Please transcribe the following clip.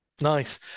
nice